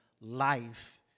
life